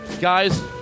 guys